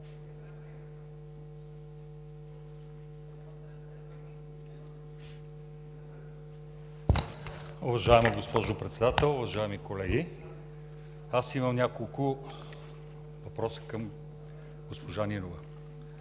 Уважаема госпожо Председател, уважаеми колеги! Аз имам няколко въпроса към госпожа Нинова.